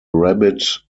rabbit